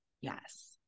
Yes